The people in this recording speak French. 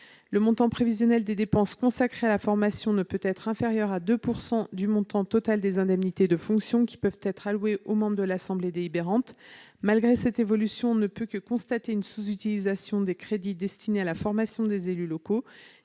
Le montant prévisionnel des dépenses consacrées à la formation ne peut être inférieur à 2 % du montant total des indemnités de fonction qui peuvent être allouées aux membres de l'assemblée délibérante. Malgré cette évolution, on ne peut que constater une sous-utilisation des crédits destinés à la formation des élus locaux.